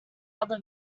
other